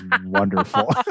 wonderful